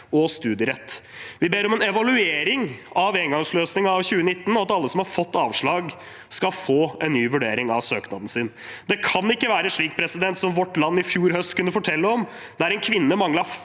og studierett. Vi ber om en evaluering av engangsløsningen fra 2019 og at alle som har fått avslag, skal få en ny vurdering av søknaden sin. Det kan ikke være slik som Vårt Land i fjor høst kunne fortelle om, der en kvinne manglet